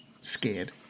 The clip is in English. scared